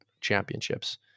championships